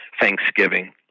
Thanksgiving